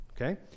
Okay